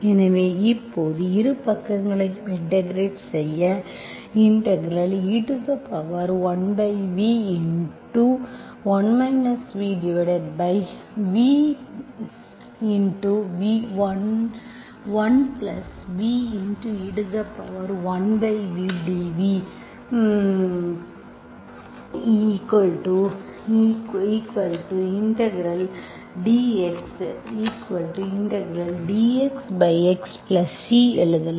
எனவே இப்போது இரு பக்கங்களையும் இன்டெகிரெட் செய்ய e1v1 v v1v e1vdv dxxC எழுதலாம்